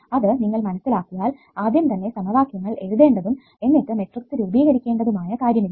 അത് നിങ്ങൾ മനസ്സിലാക്കിയാൽ ആദ്യം തന്നെ സമവാക്യങ്ങൾ എഴുതേണ്ടതും എന്നിട്ട് മെട്രിക്സ് രൂപീകരിക്കേണ്ടതുമായ കാര്യമില്ല